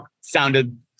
sounded